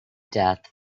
death